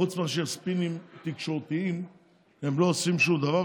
חוץ מספינים תקשורתיים הם לא עושים שום דבר,